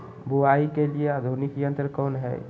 बुवाई के लिए आधुनिक यंत्र कौन हैय?